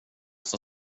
som